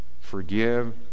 forgive